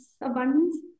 abundance